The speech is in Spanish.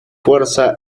fuerza